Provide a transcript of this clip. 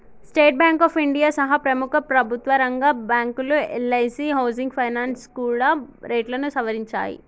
state bank of India సహా ప్రముఖ ప్రభుత్వరంగ బ్యాంకులు, ఎల్ఐసీ హౌసింగ్ ఫైనాన్స్ కూడా రేట్లను సవరించాయి